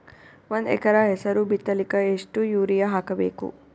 ಒಂದ್ ಎಕರ ಹೆಸರು ಬಿತ್ತಲಿಕ ಎಷ್ಟು ಯೂರಿಯ ಹಾಕಬೇಕು?